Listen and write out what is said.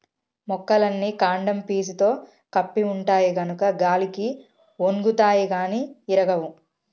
మొక్కలన్నీ కాండం పీసుతో కప్పి ఉంటాయి గనుక గాలికి ఒన్గుతాయి గాని ఇరగవు